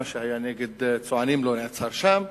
מה שהיה נגד צוענים לא נשאר שם,